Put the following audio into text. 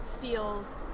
feels